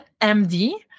MD